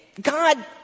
God